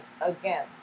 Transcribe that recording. again